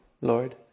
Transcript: Lord